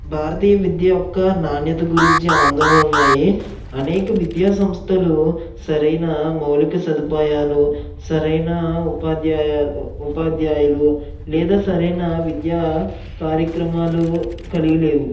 భారతీయ విద్య యొక్క నాణ్యత గురించి ఆందోళనలు ఉన్నాయి అనేక విద్యాసంస్థలు సరైన మౌలిక సదుపాయాలు సరైన ఉపాధ్యాయ ఉపాధ్యాయులు లేదా సరైన విద్యా కార్యక్రమాలు కలిగి లేవు